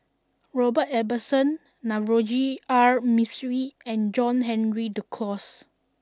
Robert Ibbetson Navroji R Mistri and John Henry Duclos